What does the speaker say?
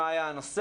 מה היה הנושא,